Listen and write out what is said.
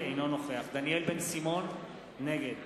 אינו נוכח דניאל בן-סימון, נגד